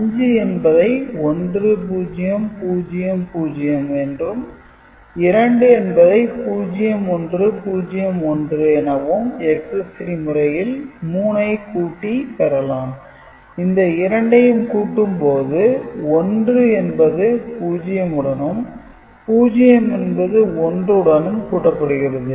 5 என்பதை 1 0 0 0 என்றும் 2 என்பதை 0 1 0 1 எனவும் Excess - 3 முறையில் 3 ஐ கூட்டிப் பெறலாம் இந்த இரண்டையும் கூட்டும்போது 1 என்பது 0 உடனும் 0 என்பது 1 உடனும் கூட்டப்படுகிறது